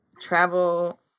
travel